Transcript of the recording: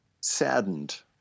saddened